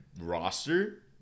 roster